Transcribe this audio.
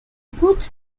goods